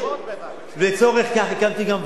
ולצורך כך הקמתי גם ועדה